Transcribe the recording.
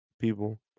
people